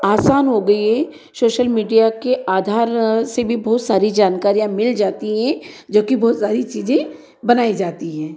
आसान हो गई है शोशल मीडिया के आधार से भी बहुत सारी जानकारियाँ मिल जाती है जोकि बहुत सारी चीजें बनाई जाती हैं